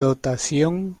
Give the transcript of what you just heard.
dotación